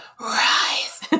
rise